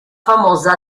famosa